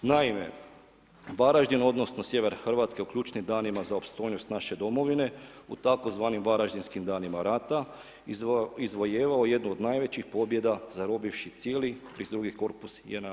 Naime, Varaždin, odnosno sjever Hrvatske u ključnim danima za opstojnost naše Domovine u tzv. varaždinskim danima rata izvojevao jednu od najvećih pobjeda zarobivši cijeli 32. korpus JNA.